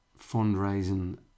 fundraising